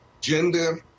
gender